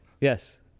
Yes